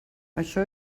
això